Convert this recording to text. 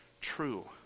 True